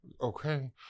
Okay